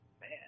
Man